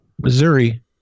Missouri